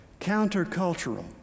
countercultural